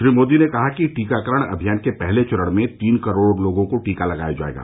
श्री मोदी ने कहा कि टीकाकरण अभियान के पहले चरण में तीन करोड़ लोगों को टीका लगाया जाएगा